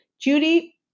Judy